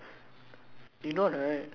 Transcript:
you know about the care handling right